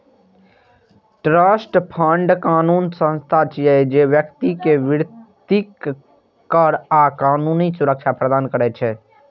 trust fund कानूनी संस्था छियै, जे व्यक्ति कें वित्तीय, कर आ कानूनी सुरक्षा प्रदान करै छै